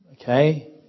Okay